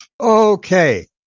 Okay